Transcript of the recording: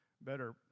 better